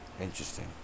Interesting